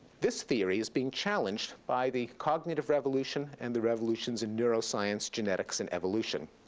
this theory is being challenged by the cognitive revolution and the revolutions in neuroscience, genetics, and evolution.